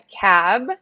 cab